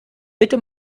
bitte